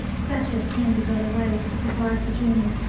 such as can be got away to survive the journey,